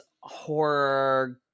horror